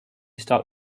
start